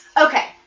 Okay